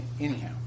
Anyhow